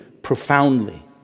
profoundly